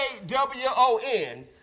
A-W-O-N